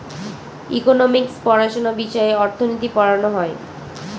economics পড়াশোনা বিষয়ে অর্থনীতি পড়ানো হয়